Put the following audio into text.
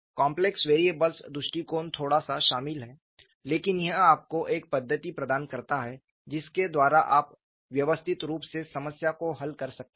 complex variables दृष्टिकोण थोड़ा सा शामिल है लेकिन यह आपको एक पद्धति प्रदान करता है जिसके द्वारा आप व्यवस्थित रूप से समस्या को हल कर सकते हैं